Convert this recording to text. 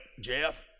Jeff